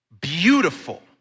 Beautiful